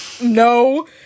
No